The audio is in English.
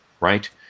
right